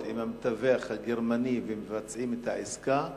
עם המתווך הגרמני ולא מבצעים את העסקה,